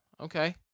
Okay